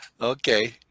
Okay